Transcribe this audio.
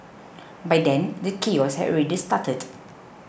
by then the chaos had already started